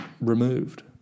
removed